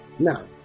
Now